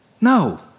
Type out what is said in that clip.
No